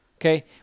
Okay